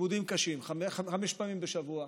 לימודים קשים, חמש פעמים בשבוע,